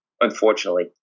Unfortunately